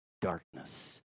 darkness